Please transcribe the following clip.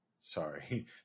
sorry